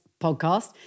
podcast